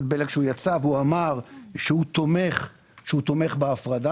יצא אבל הוא אמר שהוא תומך בהפרדה,